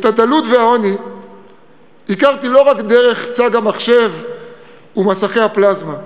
את הדלות והעוני הכרתי לא רק דרך צג המחשב ומסכי הפלזמה.